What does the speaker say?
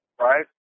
right